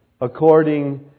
according